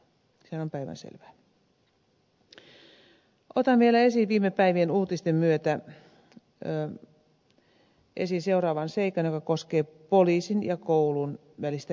otan vielä esiin viime päivien uutisten myötä seuraavan seikan joka koskee poliisin ja koulun yhteistyötä